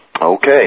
Okay